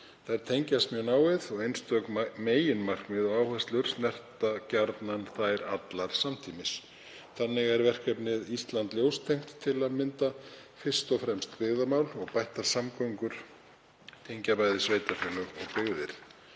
Þær tengjast mjög náið og einstök meginmarkmið og áherslur snerta gjarnan þær allar samtímis. Þannig er verkefnið Ísland ljóstengt til að mynda fyrst og fremst byggðamál og bættar samgöngur tengja bæði sveitarfélög og byggðir.